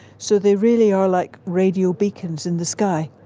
so they really are like radio beacons in the sky.